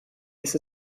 ist